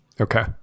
Okay